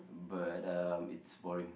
but um it's boring